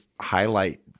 highlight